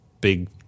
big